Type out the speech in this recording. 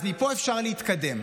אז מפה אפשר להתקדם.